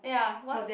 ya what